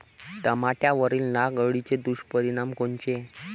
टमाट्यावरील नाग अळीचे दुष्परिणाम कोनचे?